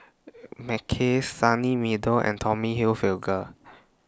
Mackays Sunny Meadow and Tommy Hilfiger